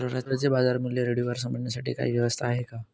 दररोजचे बाजारमूल्य रेडिओवर समजण्यासाठी काही व्यवस्था आहे का?